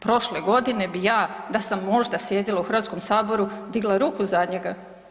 Prošle godine bi ja da sam možda sjedila u Hrvatskom saboru digla ruku za njega.